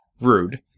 rude